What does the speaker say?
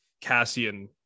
Cassian